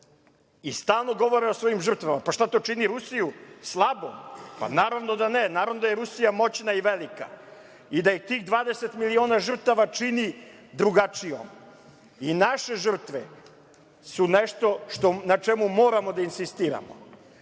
i stalno govore o svojim žrtvama. Šta to čini Rusiju slabom? Naravno da ne. Naravno da je Rusija moćna i velika i da je tih 20 miliona žrtva čini drugačijom. I naše žrtve su nešto na čemu moramo da insistiramo.I